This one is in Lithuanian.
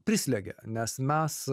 prislegia nes mes